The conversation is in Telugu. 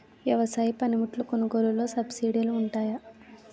వ్యవసాయ పనిముట్లు కొనుగోలు లొ సబ్సిడీ లు వుంటాయా?